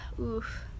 Oof